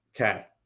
Okay